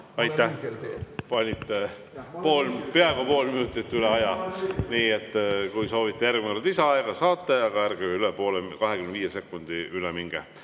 Aitäh! Panite peaaegu pool minutit üle aja. Nii et kui soovite järgmine kord lisaaega, siis saate, aga ärge üle 25 sekundi üle minge.